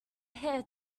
heir